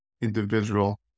individual